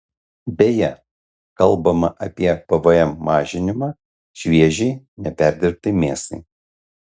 beje kalbama apie pvm mažinimą šviežiai neperdirbtai mėsai